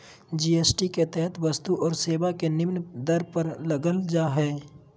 GST के तहत वस्तु और सेवा के निम्न दर पर लगल जा हइ